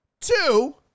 Two